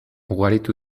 ugaritu